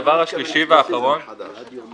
אני לא מתכוון לפתוח את זה מחדש.